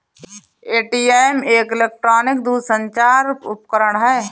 ATM एक electronic दूरसंचार उपकरण है